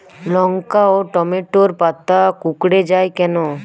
লঙ্কা ও টমেটোর পাতা কুঁকড়ে য়ায় কেন?